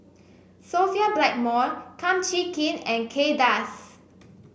Sophia Blackmore Kum Chee Kin and Kay Das